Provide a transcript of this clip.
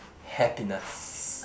happiness